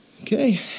Okay